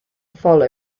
follow